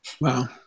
Wow